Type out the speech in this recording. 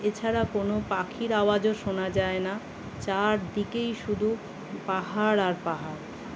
এছাড়া কোনো পাখির আওয়াজও শোনা যায় না চারদিকেই শুধু পাহাড় আর পাহাড়